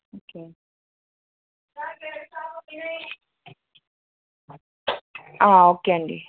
okay okay అండి